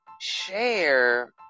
share